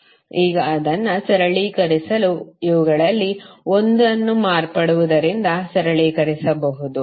ಈಗ ಅದನ್ನು ಸರಳೀಕರಿಸಲು ಇವುಗಳಲ್ಲಿ 1 ಅನ್ನು ಮಾರ್ಪಡಿವುದರಿಂದ ಸರಳೀಕರಿಸಬಹುದು